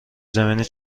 زمینی